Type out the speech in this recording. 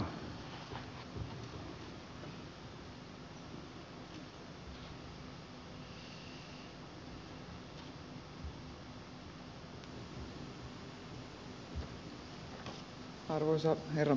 arvoisa herra puhemies